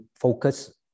focus